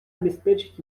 обеспечить